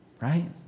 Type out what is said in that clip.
Right